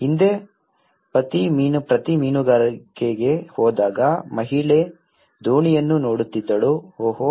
ಹಿಂದೆ ಪತಿ ಮೀನುಗಾರಿಕೆಗೆ ಹೋದಾಗ ಮಹಿಳೆ ದೋಣಿಯನ್ನು ನೋಡುತ್ತಿದ್ದಳು ಓಹ್